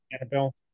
Annabelle